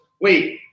Wait